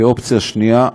כאופציה שנייה,